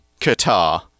Qatar